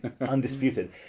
Undisputed